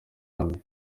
nkambi